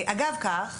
אגב כך,